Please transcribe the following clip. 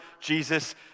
Jesus